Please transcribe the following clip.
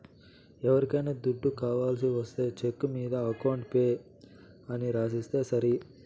ఎవరికైనా దుడ్డు ఇవ్వాల్సి ఒస్తే చెక్కు మీద అకౌంట్ పేయీ అని రాసిస్తే సరి